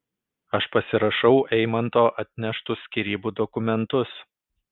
aš pasirašau eimanto atneštus skyrybų dokumentus